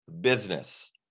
business